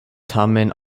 tamen